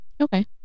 Okay